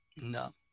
No